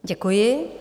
Děkuji.